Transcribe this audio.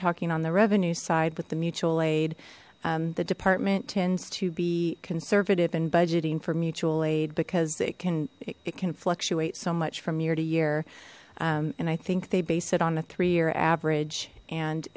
talking on the revenue side with the mutual aid the department tends to be conservative and budgeting for mutual aid because it can it can fluctuate so much from year to year and i think they base it on a three year average and